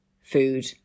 food